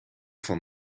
van